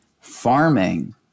farming